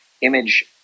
image